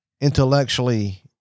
intellectually